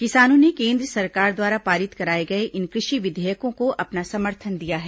किसानों ने केन्द्र सरकार द्वारा पारित कराए गए इन कृषि विधेयकों को अपना समर्थन दिया है